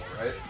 right